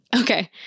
Okay